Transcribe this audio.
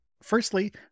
Firstly